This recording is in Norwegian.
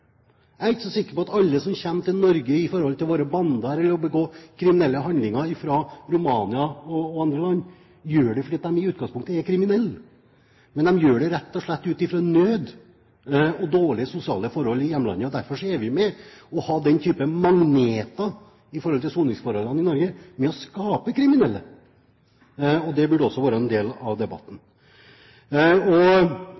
Jeg er ikke så sikker på at alle som kommer til Norge fra Romania og andre land, som havner i bander og begår kriminelle handlinger, gjør det fordi de i utgangspunktet er kriminelle. De gjør det rett og slett ut fra nød og dårlige sosiale forhold i hjemlandet. Derfor er vi, når vi har den typen magneter som soningsforholdene i Norge er, med på å skape kriminelle. Det burde også vært en del av debatten.